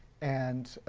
and,